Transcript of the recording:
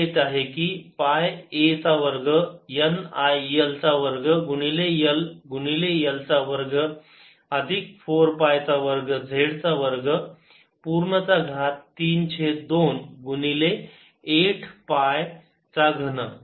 असे येत आहे की पाय a चा वर्ग N I L चा वर्ग गुणिले L गुणिले L चा वर्ग अधिक 4 पाय चा वर्ग z चा वर्ग पूर्ण चा घात 3 छेद 2 गुणिले 8 पाय चा घन